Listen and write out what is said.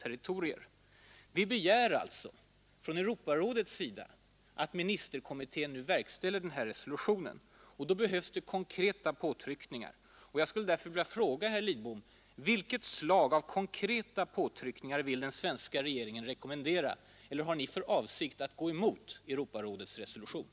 Europarådet begär alltså att ministerkommittén verkställer resolutionen. Då behövs det konkreta påtryckningar. Jag skulle därför vilja fråga herr Lidbom: Vilket slag av konkreta påtryckningar vill den svenska regeringen rekommendera? Eller har ni för avsikt att gå emot Europarådets resolution?